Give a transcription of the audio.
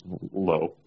low